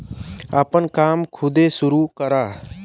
आपन काम खुदे सुरू करा